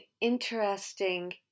interesting